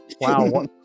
wow